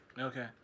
Okay